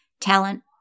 Talent